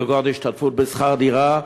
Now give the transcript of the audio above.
כגון השתתפות בשכר-דירה,